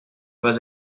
was